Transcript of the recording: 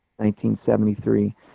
1973